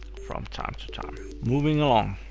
from time to time. moving along.